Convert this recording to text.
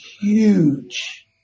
huge